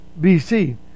BC